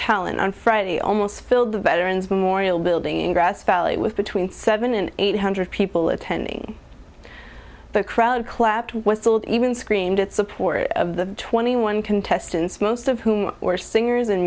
talent on friday almost filled the veterans memorial building in grass valley with between seven and eight hundred people attending crowd clapped whistled even screamed at support of the twenty one contestants most of whom were singers and